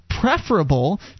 preferable